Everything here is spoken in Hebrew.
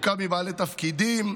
שתורכב מבעלי תפקידים,